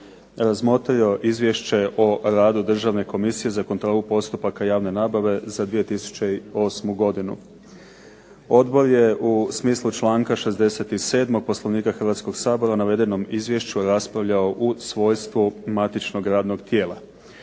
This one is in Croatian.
razmotrio Izvješće o radu Državne komisije za kontrolu postupaka javne nabave za 2008. godinu. Odbor je u smislu članka 67. Poslovnika Hrvatskoga sabora o navedenom izvješću raspravljao u svojstvu matičnog radnog tijela.